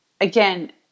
Again